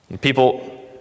People